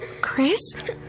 Chris